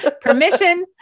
Permission